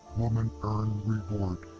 woman earn reward.